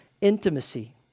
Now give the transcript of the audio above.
intimacy